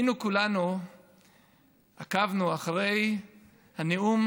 כולנו עקבנו אחרי הנאום